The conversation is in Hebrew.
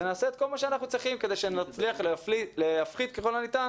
ונעשה את כל מה שאנחנו צריכים כדי שנצליח להפחית ככל הניתן